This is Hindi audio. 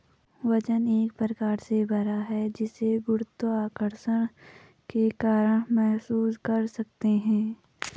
वजन एक प्रकार से भार है जिसे गुरुत्वाकर्षण के कारण महसूस कर सकते है